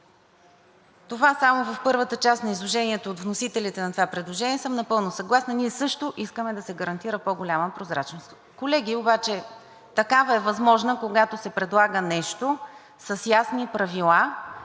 Само в първата част от изложението на вносителите на това предложение съм напълно съгласна – ние също искаме да се гарантира по-голяма прозрачност. Колеги, обаче такава е възможна, когато се предлага нещо с ясни правила,